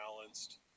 balanced